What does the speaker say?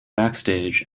backstage